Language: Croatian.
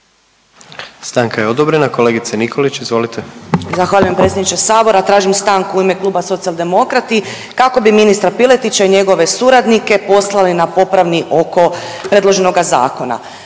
**Nikolić, Romana (Socijaldemokrati)** Zahvaljujem predsjedniče Sabora, tražim stanku u ime Kluba socijaldemokrati kako bi ministra Piletića i njegove suradnike postali na popravni oko predloženoga zakona.